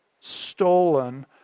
stolen